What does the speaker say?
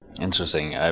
Interesting